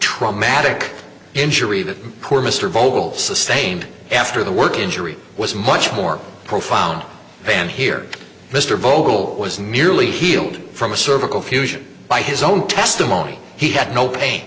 raumatic injury that poor mr vogel sustained after the work injury was much more profound than here mr vogel was nearly healed from a cervical fusion by his own testimony he had no pain